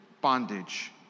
bondage